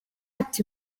ati